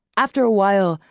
after a while,